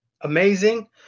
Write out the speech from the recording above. amazing